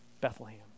Bethlehem